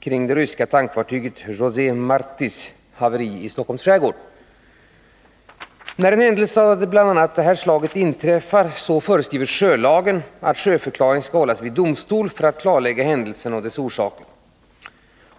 kring det sovjetiska tankfartyget José Martis haveri i Stockholms skärgård. När en händelse av bl.a. detta slag inträffar föreskriver sjölagen att sjöförklaring skall hållas vid domstol för att klarlägga händelsen och dess orsaker.